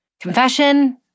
Confession